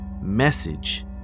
message